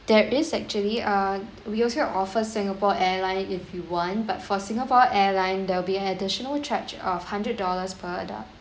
there is actually err we also offer singapore airline if you want but for singapore airline there will be additional charge of hundred dollars per adult